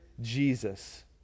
Jesus